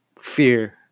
fear